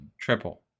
triple